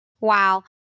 Wow